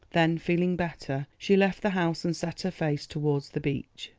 then feeling better, she left the house and set her face towards the beach.